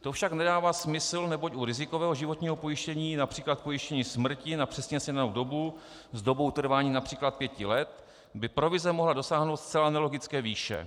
To však nedává smysl, neboť u rizikového životního pojištění, např. pojištění smrti na přesně sjednanou dobu s dobou trvání např. pěti let, by provize mohla dosáhnout zcela nelogické výše.